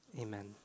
Amen